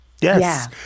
yes